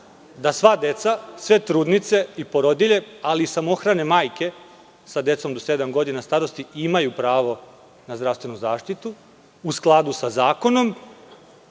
da sva deca, sve trudnice i porodilje, ali i samohrane majke sa decom do sedam godina starosti, imaju pravo na zdravstvenu zaštitu, u skladu sa zakonom,